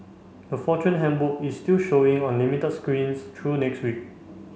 the Fortune Handbook is still showing on limited screens through next week